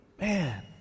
Man